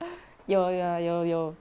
有 ya 有有